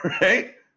Right